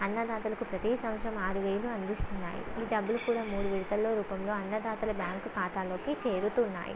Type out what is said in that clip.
అన్నదాతలకు ప్రతి సంవత్సరం ఆరు వేలు అందిస్తున్నాయి ఈ డబ్బులు కూడా మూడు విడతల రూపంలో అన్నదాతల బ్యాంకు ఖాతాలోకి చేరుతూ ఉన్నాయి